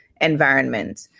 environment